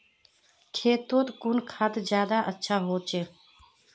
खेतोत कुन खाद ज्यादा अच्छा होचे?